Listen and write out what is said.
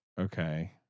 Okay